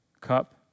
cup